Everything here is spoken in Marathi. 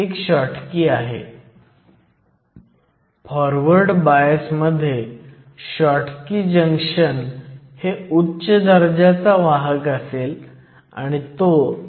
इनर्जी बँड आकृती पाहून आपण बिल्ट इन पोटेन्शियल देखील मोजू शकतो